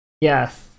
yes